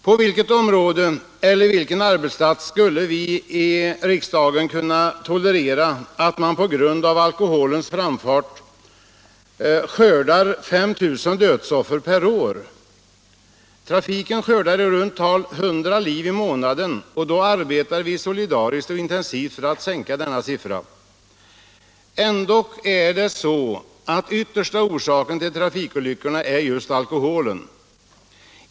På vilket område eller vilken arbetsplats skulle vi i riksdagen kunna tolerera en motsvarighet till att alkoholens framfart skördar 5 000 dödsoffer per år? Trafiken skördar i runt tal 100 liv i månaden, och då arbetar vi solidariskt och intensivt för att sänka denna siffra. Ändock är det så att yttersta orsaken till trafikolyckorna är just alkoholen.